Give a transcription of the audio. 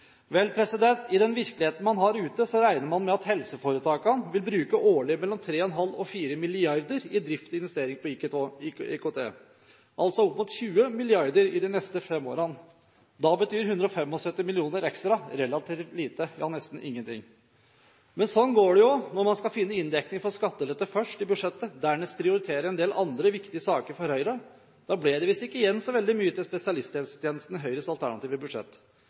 i statsbudsjettet. Vel, i den virkeligheten man har ute, regner man med at helseforetakene vil bruke årlig mellom 3,5 og 4 mrd. kr til drift og investeringer på IKT – altså opp mot 20 mrd. kr i de neste fem årene. Da betyr 175 mill. kr ekstra relativt lite – ja, nesten ingenting. Men sånn går det når man skal finne inndekning for skattelette først i budsjettet, dernest prioritere en del andre viktige saker for Høyre. Da ble det visst ikke så veldig mye igjen til spesialisthelsetjenesten i Høyres alternative budsjett.